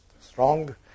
strong